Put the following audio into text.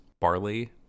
barley